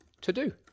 to-do